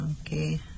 Okay